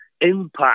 impact